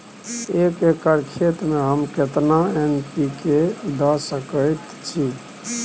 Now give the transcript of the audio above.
एक एकर खेत में हम केतना एन.पी.के द सकेत छी?